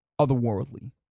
otherworldly